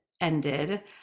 ended